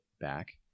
back